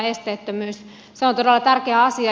se on todella tärkeä asia